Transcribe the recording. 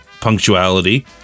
punctuality